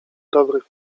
dobrych